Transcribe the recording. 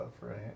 right